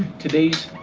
today's